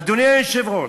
אדוני היושב-ראש,